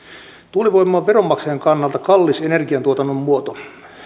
tuulivoima on veronmaksajan kannalta kallis energiantuotannon muoto